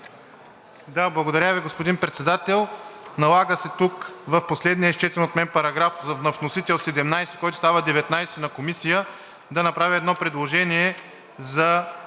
Благодаря Ви, господин Председател. Налага се тук в последния изчетен от мен § 17 по вносител, който става § 19 по Комисия, да направя едно предложение за